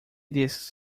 disks